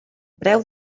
preu